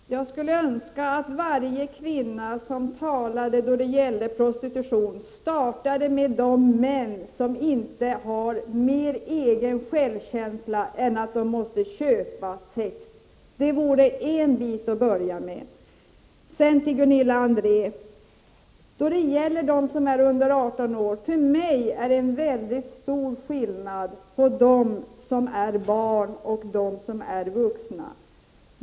Herr talman! Jag skulle önska att varje kvinna som uttalar sig mot prostitution startar med att fördöma köp av sexuella tjänster, vilket vissa män utan självkänsla gör. För mig, Gunilla André, är det stor skillnad på att kvinnor över 18 år prostituerar sig och att yngre tonårsflickor gör det.